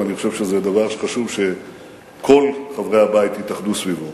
ואני חושב שזה דבר חשוב שכל באי הבית יתאחדו סביבו.